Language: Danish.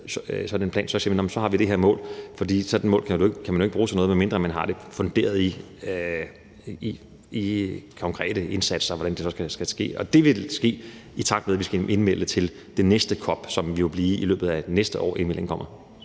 så siger man: Så har vi det her mål. For sådan et mål kan man ikke bruge til noget, medmindre man har det funderet i konkrete indsatser, hvordan det så skal ske. Det vil ske, i takt med at vi skal indmelde til den næste COP. Så det vil blive i løbet af det næste år, indmeldingen kommer.